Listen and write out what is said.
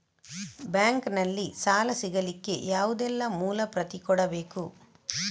Bank ನಲ್ಲಿ ಸಾಲ ಸಿಗಲಿಕ್ಕೆ ಯಾವುದೆಲ್ಲ ಮೂಲ ಪ್ರತಿ ಕೊಡಬೇಕು?